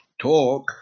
talk